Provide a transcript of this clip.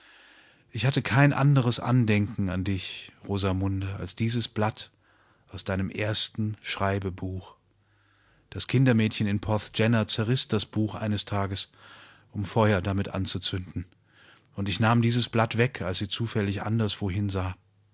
ich hatte kein anderes andenken an dich rosamunde als dieses blatt aus deinem ersten schreibebuch das kindermädchen in porthgenna zerriß das buch eines tages um feuer damit anzuzünden und ich nahm dieses blatt weg als sie zufällig anderswohin sah